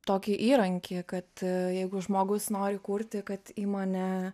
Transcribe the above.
tokį įrankį kad jeigu žmogus nori kurti kad į mane